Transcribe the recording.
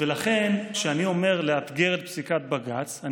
ולכן כשאני אומר לאתגר את פסיקת בג"ץ,